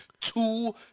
two